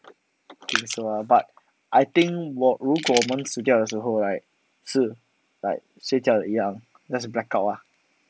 听说啊 but I think 我如果我们死掉的时候 right 是 like 睡觉一样那是 black out ah